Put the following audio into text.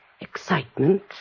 Excitement